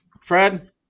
Fred